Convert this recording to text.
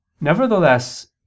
Nevertheless